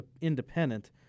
independent